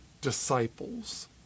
disciples